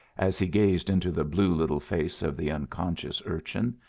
as he gazed into the blue little face of the unconscious urchin,